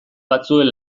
batzuen